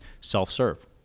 self-serve